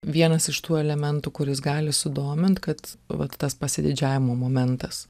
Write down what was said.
vienas iš tų elementų kuris gali sudomint kad vat tas pasididžiavimo momentas